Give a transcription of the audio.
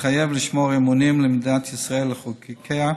מתחייב לשמור אמונים למדינת ישראל ולחוקיה,